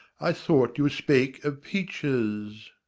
i thought you spake of peaches.